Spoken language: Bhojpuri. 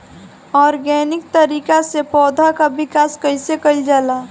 ऑर्गेनिक तरीका से पौधा क विकास कइसे कईल जाला?